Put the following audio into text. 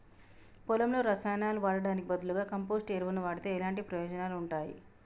పొలంలో రసాయనాలు వాడటానికి బదులుగా కంపోస్ట్ ఎరువును వాడితే ఎలాంటి ప్రయోజనాలు ఉంటాయి?